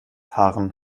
haaren